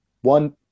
One